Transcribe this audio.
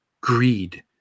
greed